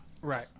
right